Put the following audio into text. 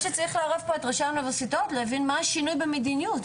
צריך לערב פה את ראשי האוניברסיטאות להבין מה השינוי במדיניות.